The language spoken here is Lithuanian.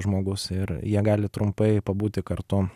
žmogus ir jie gali trumpai pabūti kartu